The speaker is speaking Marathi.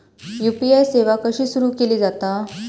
यू.पी.आय सेवा कशी सुरू केली जाता?